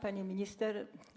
Pani Minister!